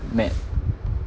met